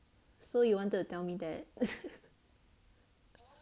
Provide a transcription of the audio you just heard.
so you wanted to tell me that